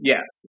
Yes